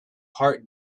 heart